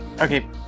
Okay